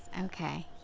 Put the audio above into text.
Okay